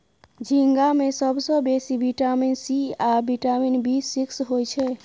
झींगा मे सबसँ बेसी बिटामिन सी आ बिटामिन बी सिक्स होइ छै